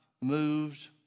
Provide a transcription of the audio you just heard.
moved